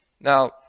Now